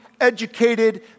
educated